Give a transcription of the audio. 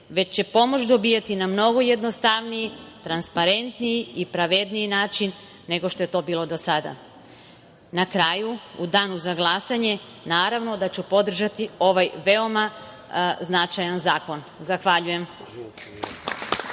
već će pomoć dobijati na mnogo jednostavniji, transparentniji i pravedniji način nego što je to bilo do sada. Na kraju, u danu za glasanje, naravno da ću podržati ovaj veoma značajan zakon. Zahvaljujem.